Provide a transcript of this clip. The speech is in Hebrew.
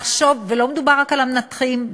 לא מדובר רק על המנתחים.